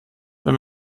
wenn